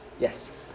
Yes